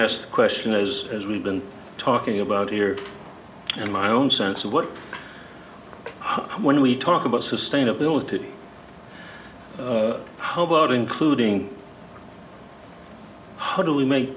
asked question is as we've been talking about here and my own sense of what when we talk about sustainability how about including how do we make